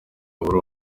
buri